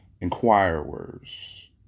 inquirers